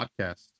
podcast